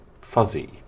fuzzy